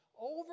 Over